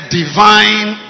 divine